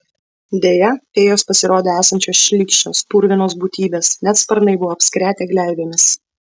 deja fėjos pasirodė esančios šlykščios purvinos būtybės net sparnai buvo apskretę gleivėmis